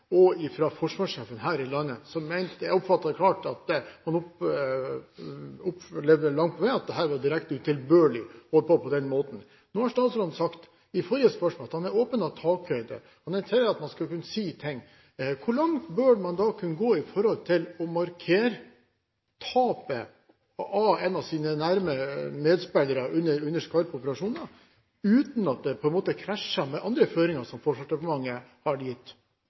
og fra forsvarssjefen her i landet. Man opplevde langt på vei at det var direkte utilbørlig å opptre på den måten. Nå sa statsråden i forrige svar at han er åpen for at det er takhøyde, han inviterer til at man skal kunne si ting. Hvor langt bør man da kunne gå i å markere tapet av en nær medspiller under skarpe operasjoner, uten at det på en måte krasjer med andre føringer som Forsvarsdepartementet har gitt?